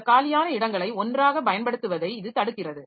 இந்த காலியான இடங்களை ஒன்றாகப் பயன்படுத்துவதை இது தடுக்கிறது